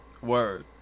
Word